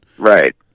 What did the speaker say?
Right